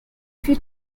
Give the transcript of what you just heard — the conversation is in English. few